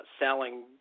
selling